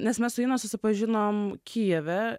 nes mes su ina susipažinom kijeve